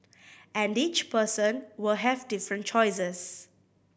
and each person will have different choices